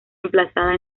emplazada